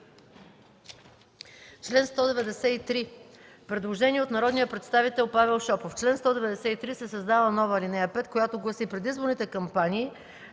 Член 193 – предложение от народния представител Павел Шопов: В чл. 193 се създава нова ал. 5, която гласи: „Предизборните кампании